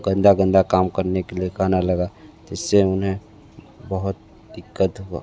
गंदा गंदा काम करने के लिए कहने लगा जिस से उन्हें बहुत दिक्कत हुई